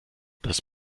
das